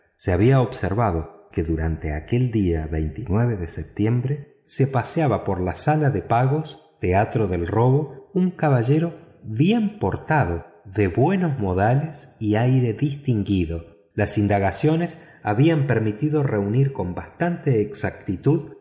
se había observado que durante aquel día de septiembre se paseaba por la sala de pagos teatro del robo un caballero bien portado de buenos modales y aire distinguido las indagaciones habían permitido reunir con bastante exactitud